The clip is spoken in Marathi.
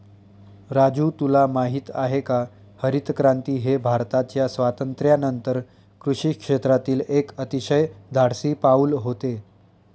राजू तुला माहित आहे का हरितक्रांती हे भारताच्या स्वातंत्र्यानंतर कृषी क्षेत्रातील एक अतिशय धाडसी पाऊल होते